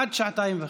עד שעתיים וחצי.